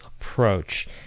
approach